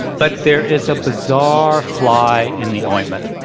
but there is a bizarre fly in the ointment.